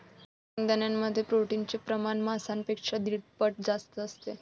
शेंगदाण्यांमध्ये प्रोटीनचे प्रमाण मांसापेक्षा दीड पट जास्त आहे